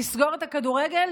לסגור את הכדורגל?